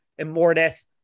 Immortus